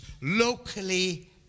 locally